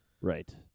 Right